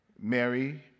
Mary